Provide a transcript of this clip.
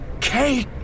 Kate